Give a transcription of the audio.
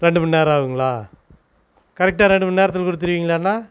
ரெண்டுமணி நேரம் ஆகுங்களா கரெக்டாக ரெண்டுமணி நேரத்தில் கொடுத்துருவீங்களாண்ணா